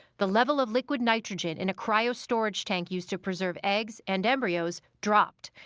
the level of liquid nitrogen in a cryostorage tank used to preserve eggs and embryos dropped,